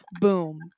Boom